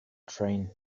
train